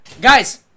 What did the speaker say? Guys